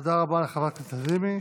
תודה רבה לחברת הכנסת לזימי.